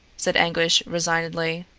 said anguish resignedly.